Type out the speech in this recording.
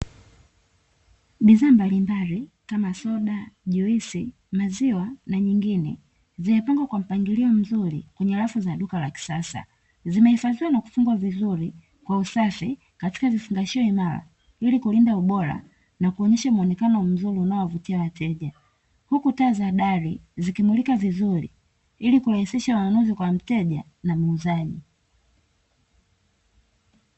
Bidhaa mbalimbali kama soda, juisi, maziwa, na nyingine zinapangwa kwa mpangilio mzuri kwenye rafu za duka la kisasa, zimehifadhiwa na kufungwa vizuri kwa usafi katika vifungashio imara, ili kulinda ubora na kuonyesha muonekano mzuri unaowavutia wateja, huku taa za dari zikimulika vizuri, ili kurahisisha ununuzi kwa mteja na muuzaji.